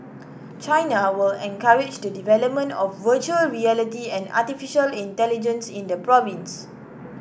China will encourage the development of virtual reality and artificial intelligence in the province